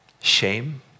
Shame